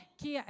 que